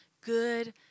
good